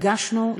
הגשנו,